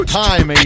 time